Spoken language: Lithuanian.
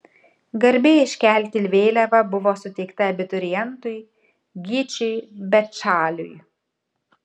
garbė iškelti vėliavą buvo suteikta abiturientui gyčiui bečaliui